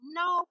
no